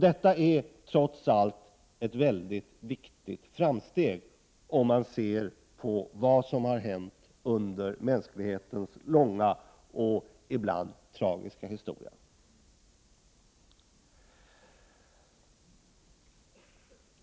Detta är trots allt ett väldigt viktigt framsteg, om man ser på vad som har hänt under mänsklighetens långa och ibland tragiska historia.